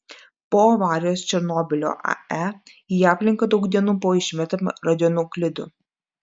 po avarijos černobylio ae į aplinką daug dienų buvo išmetama radionuklidų